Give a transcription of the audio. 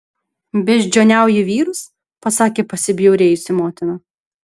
beždžioniauji vyrus pasakė pasibjaurėjusi motina